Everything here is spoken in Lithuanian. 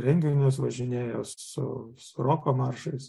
renginius važinėjos su roko maršais